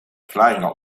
verklaring